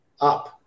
Up